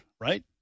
right